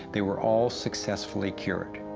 they were all sucessfully cured.